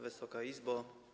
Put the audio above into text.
Wysoka Izbo!